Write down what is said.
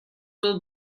will